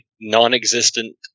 non-existent